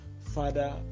Father